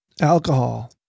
Alcohol